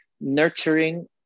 nurturing